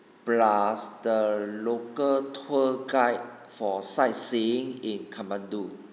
plus the local tour guide for sightseeing in katmandu